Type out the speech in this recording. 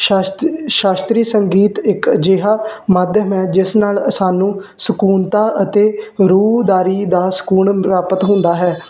ਸ਼ਾਸ ਸ਼ਾਸਤਰੀ ਸੰਗੀਤ ਇੱਕ ਅਜਿਹਾ ਮੱਧਿਅਮ ਹੈ ਜਿਸ ਨਾਲ ਸਾਨੂੰ ਸਕੂਨਤਾ ਅਤੇ ਰੂਹਦਾਰੀ ਦਾ ਸਕੂਨ ਪ੍ਰਾਪਤ ਹੁੰਦਾ ਹੈ